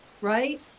right